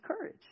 courage